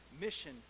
mission